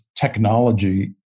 technology